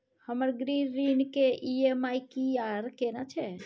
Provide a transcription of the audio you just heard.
हमर गृह ऋण के ई.एम.आई की आर केना छै?